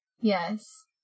Yes